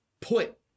put